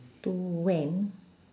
to when